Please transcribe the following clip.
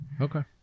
Okay